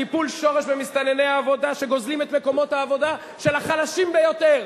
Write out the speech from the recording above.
טיפול שורש במסתנני העבודה שגוזלים את מקומות העבודה של החלשים ביותר,